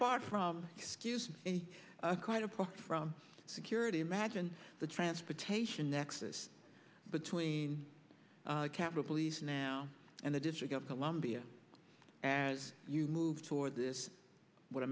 apart from excuse quite apart from security imagine the transportation nexus between capital police now and the district of columbia as you move toward this what